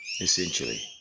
essentially